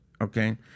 okay